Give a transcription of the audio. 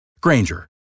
Granger